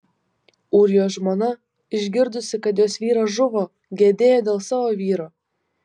ūrijos žmona išgirdusi kad jos vyras žuvo gedėjo dėl savo vyro